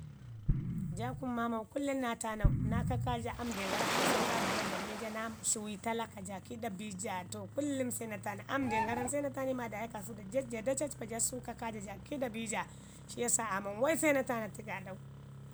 Jaa kunu maamau kullum naa taanau, naa kaka jo an den gara kaasun aa jiba dlame ja tluwi talaka ja kiiɗa bii ja to kullum se na tanu, am se na tanu iyu maa da yaakasau da ja da cacpa ja səsu kaka ja, jo kiiɗa bii ja shi yasa aman wai se na tanatu gaaɗau.